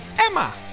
Emma